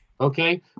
Okay